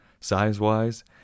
size-wise